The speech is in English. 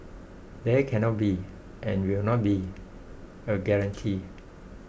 there cannot be and will not be a guarantee